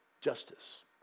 justice